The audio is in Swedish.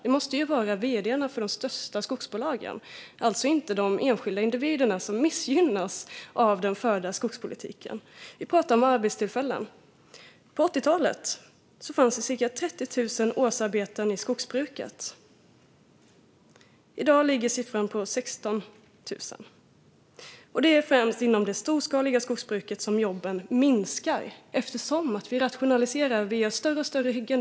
Det måste ju vara vd:arna för de största skogsbolagen, alltså inte de enskilda individer som missgynnas av den förda skogspolitiken. Vi pratar om arbetstillfällen. På 80-talet fanns det cirka 30 000 årsarbeten i skogsbruket. I dag ligger siffran på 16 000. Det är främst inom det storskaliga skogsbruket som jobben minskar, eftersom vi rationaliserar och gör större och större hyggen.